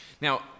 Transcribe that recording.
Now